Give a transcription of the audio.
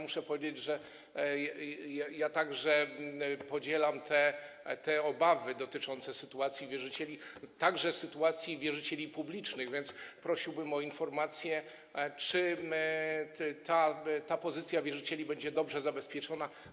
Muszę powiedzieć, że także podzielam te obawy dotyczące sytuacji wierzycieli, także sytuacji wierzycieli publicznych, a więc prosiłbym o informację, czy pozycja wierzycieli będzie dobrze zabezpieczona.